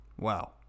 Wow